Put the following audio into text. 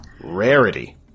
Rarity